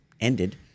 ended